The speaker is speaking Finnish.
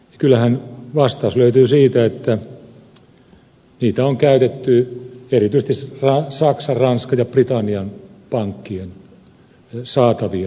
kyllähän vastaus löytyy siitä että niitä on käytetty erityisesti saksan ranskan ja britannian pankkien saatavien varmistamiseen